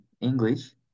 English